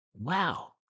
Wow